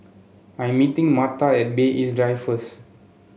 I am meeting Marta at Bay East Drive first